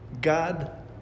God